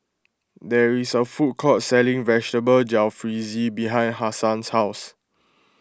there is a food court selling Vegetable Jalfrezi behind Hassan's house